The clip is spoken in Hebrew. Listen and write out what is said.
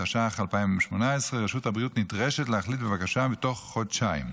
התשע"ח 2018. רשות הבריאות נדרשת להחליט בבקשה בתוך חודשיים.